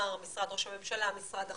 משרד ראש הממשלה, משרד החוץ,